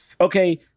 Okay